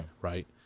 Right